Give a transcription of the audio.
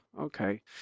Okay